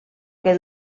que